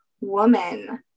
woman